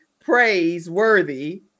Praiseworthy